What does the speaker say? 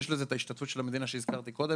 יש לזה את ההשתתפות של המדינה שהזכרתי קודם,